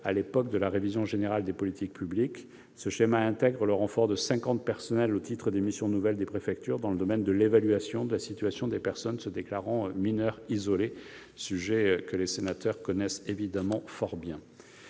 à l'époque de la révision générale des politiques publiques, la RGPP. Ce schéma inclut un renfort de 50 personnels au titre des missions nouvelles des préfectures dans le domaine de l'évaluation de la situation des personnes se déclarant mineurs isolés. Pour les personnels de préfecture,